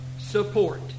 support